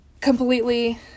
completely